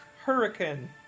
Hurricane